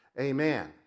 amen